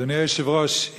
אדוני היושב-ראש,